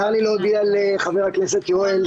צר לי להודיע לחבר הכנסת יואל,